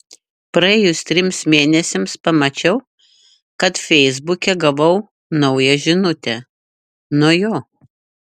praėjus trims mėnesiams pamačiau kad feisbuke gavau naują žinutę nuo jo